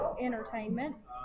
entertainments